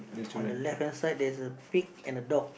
on the left hand side there's a pig and a dog